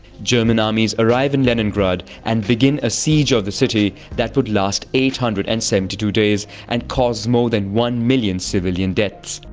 german armies arrive in leningrad and begin a siege of the city that would last eight hundred and seventy two two days and cause more than one million civilian deaths.